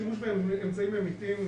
השימוש באמצעים ממיתים,